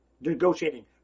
negotiating